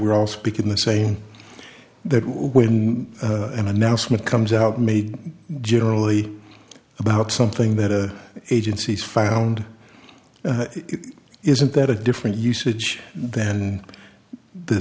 we're all speaking the same that when an announcement comes out made generally about something that the agencies found isn't that a different usage than the